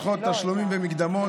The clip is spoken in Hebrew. לדחות תשלומים ומקדמות,